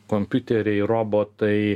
kompiuteriai robotai